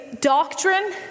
doctrine